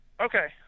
Okay